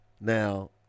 Now